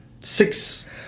six